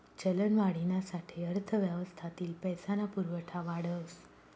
चलनवाढीना साठे अर्थव्यवस्थातील पैसा ना पुरवठा वाढस